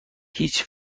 هیچ